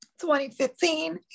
2015